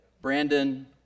Brandon